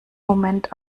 moment